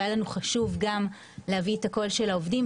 והיה חשוב לנו להביא את הקול של העובדים.